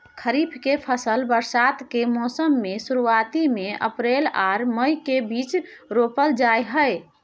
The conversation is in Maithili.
खरीफ के फसल बरसात के मौसम के शुरुआती में अप्रैल आर मई के बीच रोपल जाय हय